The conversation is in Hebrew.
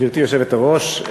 גברתי היושבת-ראש,